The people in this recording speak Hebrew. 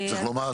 צריך לומר,